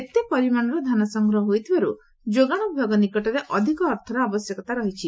ଏତେ ପରିମାଣର ଧାନ ସଂଗ୍ରହ ହୋଇଥିବାରୁ ଯୋଗାଣ ବିଭାଗ ନିକଟରେ ଅଧିକ ଅର୍ଥର ଆବଶ୍ୟକତା ରହିଛି